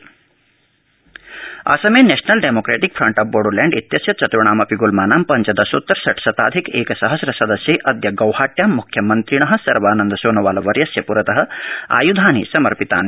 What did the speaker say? Assam Bodoland NDFB असमे National Democratic Front of Bodoland इत्यस्य चतुर्णामपि गुल्मानां पञ्चदशोत्तर षट् शताधिक एकसहघ्र सदस्यैः अद्य गौहट्यां मुख्यमन्त्रिणाः सर्वानन्द सोनोवालवर्यस्य पुरतः आयुधानि समर्पितानि